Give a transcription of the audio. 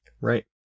Right